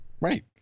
Right